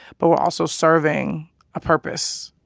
but we're also serving a purpose,